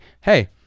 hey